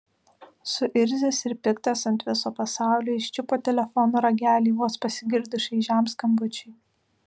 suirzęs ir piktas ant viso pasaulio jis čiupo telefono ragelį vos pasigirdus šaižiam skambučiui